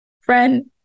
Friend